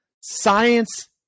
science